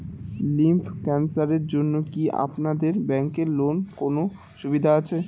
Lymph ক্যানসারের জন্য কি আপনাদের ব্যঙ্কে লোনের কোনও সুবিধা আছে?